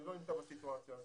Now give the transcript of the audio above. אני לא נמצא בסיטואציה הזאת.